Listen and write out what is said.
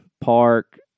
park